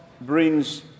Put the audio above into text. brings